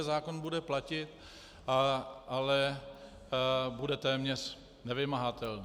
Zákon bude platit, ale bude téměř nevymahatelný.